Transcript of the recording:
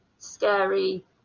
scary